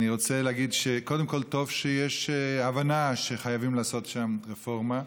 אני רוצה להגיד שקודם כול טוב שיש הבנה שחייבים לעשות שם רפורמה.